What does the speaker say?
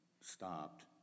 stopped